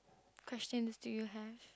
questions do you have